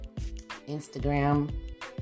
Instagram